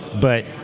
but-